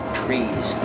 trees